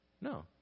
No